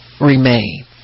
remain